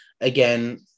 again